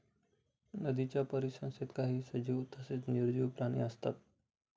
नदीच्या परिसंस्थेत काही सजीव तसेच निर्जीव प्राणी असतात